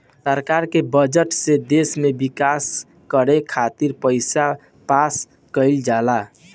सरकार के बजट से देश के विकास करे खातिर पईसा पास कईल जाला